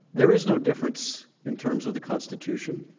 there is no difference in terms of the constitution